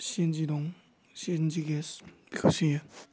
सिनजि दं सिनजि गेस बेखौ सोयो